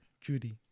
Judy